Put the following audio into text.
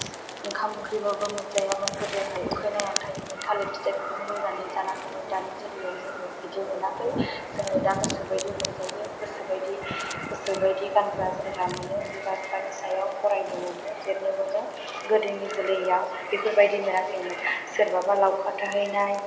ओंखाम ओंख्रिबो मोनजायामोन गोदोहाय उखैनांनानै थायोमोन थालिर फिथाइफोरखौनो रुनानै जानाङोमोन दानि जोलैआव जोङो बिदि मोनाखै जोङो दा गोसोबादि मोनजायो गोसोबायदि गोसोबायदि गानग्रा जोमग्रा मोनो बिमा बिफानि सायाव फरायनो मोनो लिरनो मोनो गोदोनि जोलैआव बेफोरबायदि मोनाखैमोन सोरबाबा लावखार थाहैनाय